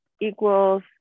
equals